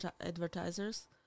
advertisers